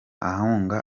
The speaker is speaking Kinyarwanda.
ahunga